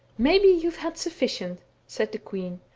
maybe you have had sufficient said the queen,